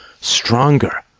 stronger